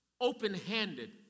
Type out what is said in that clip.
open-handed